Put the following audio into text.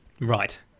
Right